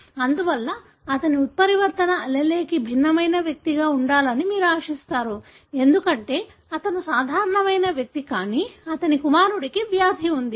అందువల్ల అతను ఉత్పరివర్తన alleleకి భిన్నమైన వ్యక్తిగా ఉండాలని మీరు ఆశిస్తారు ఎందుకంటే అతను సాధారణ వ్యక్తి కానీ అతని కుమారుడికి వ్యాధి ఉంది